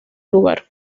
lugar